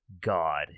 God